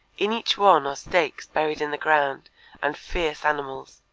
in each one are stakes buried in the ground and fierce animals.